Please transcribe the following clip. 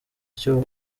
icyo